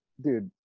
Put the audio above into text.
dude